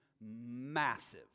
massive